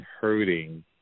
hurting